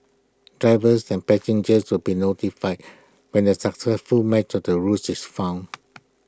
drivers and passengers will be notified when the successful match of the route is found